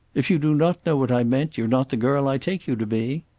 if you do not know what i meant, you're not the girl i take you to be.